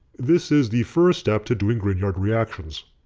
this is the first step to doing grignard reactions.